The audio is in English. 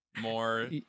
More